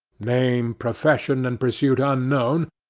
name, profession, and pursuit unknown,